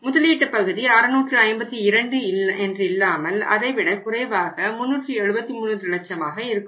முதலீட்டு பகுதி 652 இல்லாமல் அதை விட குறைவாக 373 லட்சமாக இருக்கும்